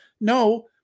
No